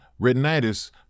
retinitis